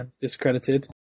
discredited